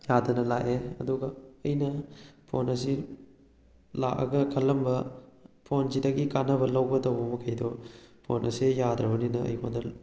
ꯌꯥꯗꯅ ꯂꯥꯛꯑꯦ ꯑꯗꯨꯒ ꯑꯩꯅ ꯐꯣꯟ ꯑꯁꯤ ꯂꯥꯛꯑꯒ ꯈꯜꯂꯝꯕ ꯐꯣꯟꯁꯤꯗꯒꯤ ꯀꯥꯟꯅꯕ ꯂꯧꯒꯗꯧꯕ ꯃꯈꯩꯗꯣ ꯐꯣꯟ ꯑꯁꯦ ꯌꯥꯗ꯭ꯔꯕꯅꯤꯅ ꯑꯩꯉꯣꯟꯗ